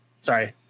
Sorry